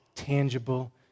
tangible